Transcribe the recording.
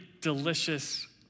delicious